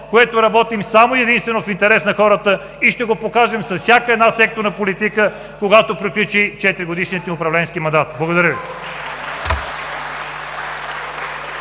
което работи единствено и само в интерес на хората. Ще го покажем с всяка секторна политика, когато приключи 4-годишният ни управленски мандат. Благодаря.